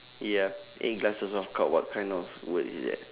ya eight glasses of cup what kind of word is that